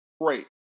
great